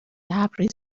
لبریز